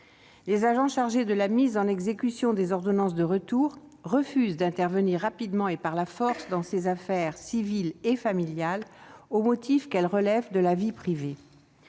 Les agents chargés de la mise en exécution des ordonnances de retour refusent d'intervenir rapidement et par la force dans ces affaires civiles et familiales au motif qu'elles relèvent de la vie privée.